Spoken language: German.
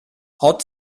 hat